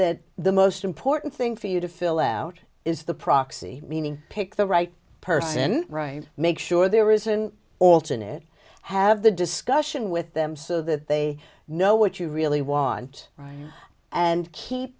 that the most important thing for you to fill out is the proxy meaning pick the right person right make sure there isn't alternate have the discussion with them so that they know what you really want right and keep